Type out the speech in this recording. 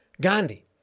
Gandhi